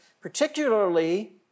particularly